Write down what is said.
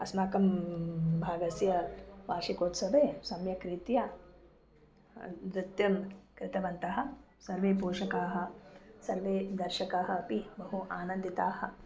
अस्माकं भागस्य वार्षिकोत्सवे सम्यक् रीत्या नृत्यं कृतवन्तः सर्वे पोषकाः सर्वे दर्शकाः अपि बहु आनन्दिताः